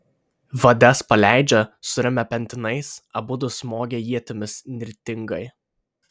vades paleidžia suremia pentinais abudu smogia ietimis nirtingai